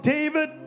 David